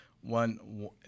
one